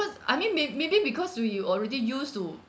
I mean may~ maybe because we already used to